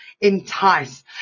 entice